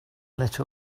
lit